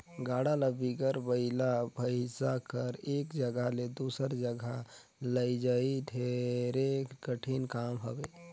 गाड़ा ल बिगर बइला भइसा कर एक जगहा ले दूसर जगहा लइजई ढेरे कठिन काम हवे